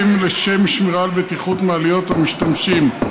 לשם שמירה על בטיחות מעליות והמשתמשים בהן,